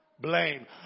blame